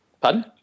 Pardon